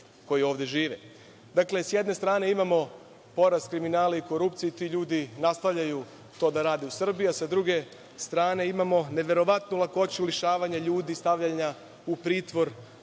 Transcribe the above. koji ovde žive. Dakle, s jedne strane imamo porast kriminala i korupcije i ti ljudi nastavljaju to da rade u Srbiji, a sa druge strane imamo neverovatnu lakoću lišavanja ljudi i stavljanja u pritvor